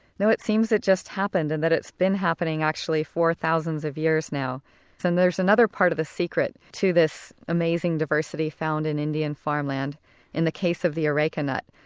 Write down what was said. no, it seems it just happened and that it's been happening actually for thousands of years now and there's another part of the secret to this amazing diversity found in indian farmland in the case of the areca nut,